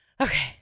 Okay